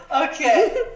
Okay